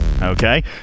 Okay